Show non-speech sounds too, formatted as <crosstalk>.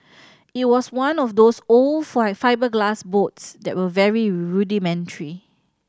<noise> it was one of those old <unintelligible> fibreglass boats that were very rudimentary